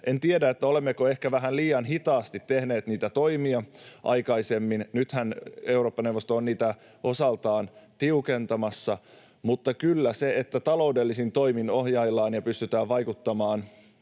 En tiedä, olemmeko ehkä vähän liian hitaasti tehneet toimia aikaisemmin. Nythän Eurooppa-neuvosto on niitä osaltaan tiukentamassa, mutta kyllä taloudellisin toimin ohjaillaan ja pystytään vaikuttamaan